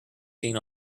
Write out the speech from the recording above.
seen